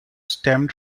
stemmed